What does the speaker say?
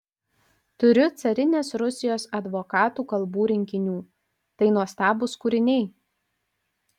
turiu carinės rusijos advokatų kalbų rinkinių tai nuostabūs kūriniai